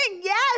yes